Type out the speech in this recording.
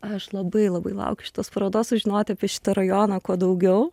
aš labai labai laukiu šitos parodos sužinoti apie šitą rajoną kuo daugiau